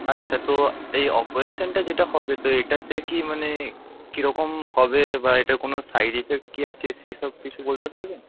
আচ্ছা তো এই অপারেশানটা যেটা হবে তো এটাতে কি মানে কীরকম হবে বা এটা কোনো সাইড এফেক্ট কী আছে সে সব কিছু বলতে পারবেন